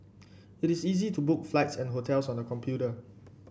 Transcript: it is easy to book flights and hotels on the computer